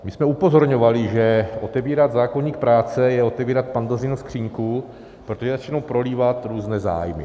My jsme upozorňovali, že otevírat zákoník práce je jako otevírat Pandořinu skříňku, protože se začnou prolívat různé zájmy.